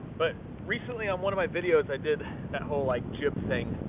but recently on one of my videos i did that whole, like, jib thing,